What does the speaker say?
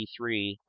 E3